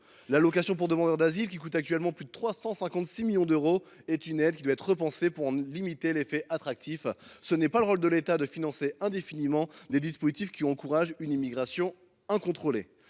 L’allocation pour demandeur d’asile, qui coûte actuellement plus de 356 millions d’euros, est une aide qui doit être repensée pour en limiter l’effet attractif. Ce n’est pas le rôle de l’État de financer indéfiniment des dispositifs qui encouragent une immigration incontrôlée.